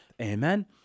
Amen